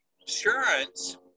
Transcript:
insurance